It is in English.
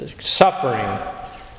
suffering